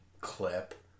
clip